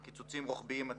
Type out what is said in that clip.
2. קיצוצים רוחביים עתידיים.